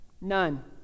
None